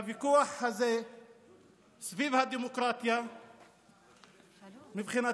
הוויכוח הזה סביב הדמוקרטיה מבחינתנו